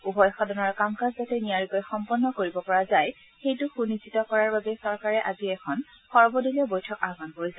উভয় সদনৰ কাম কাজ যাতে নিয়াৰিকৈ সম্পন্ন কৰিবপৰা যায় সেইটো সুনিশ্চিত কৰাৰ বাবে চৰকাৰে আজি এখন সৰ্বদলীয় বৈঠক আহান কৰিছে